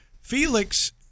felix